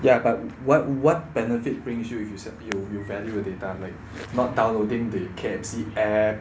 ya but what what benefit brings you if yo~ you you value your data like not downloading the K_F_C app